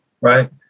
right